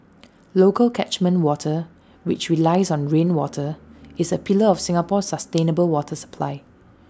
local catchment water which relies on rainwater is A pillar of Singapore's sustainable water supply